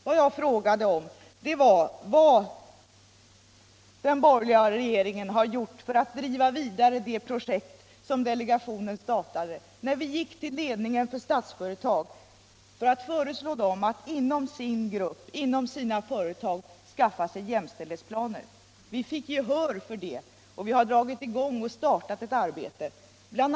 Vad jag frågade om var vad den borgerliga regeringen har gjort för att driva vidare det projekt som delegationen startade när vi gick till ledningen för Statsföretag för att föreslå den att inom sina företag skaffa sig jämställdhetsplaner. Vi fick gehör för det förslaget, och vi startade ett arbete. BI.